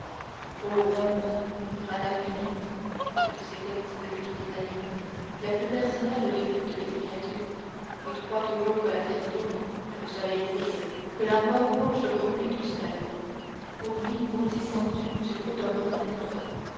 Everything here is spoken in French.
homme murmura d'avrigny le plus égoïste de tous les animaux la plus personnelle de toutes les créatures qui croit toujours que la terre tourne que le soleil brille que la mort fauche pour lui tout seul fourmi maudissant dieu du haut d'un bon d'herbe